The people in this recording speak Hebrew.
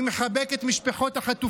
אני מחבק את משפחות החטופים,